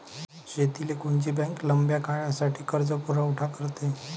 शेतीले कोनची बँक लंब्या काळासाठी कर्जपुरवठा करते?